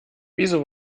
wieso